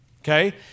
Okay